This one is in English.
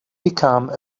become